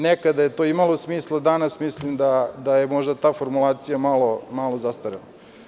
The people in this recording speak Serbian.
Nekada je to imalo smisla, danas mislim da je ta formulacija zastarela.